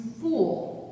fool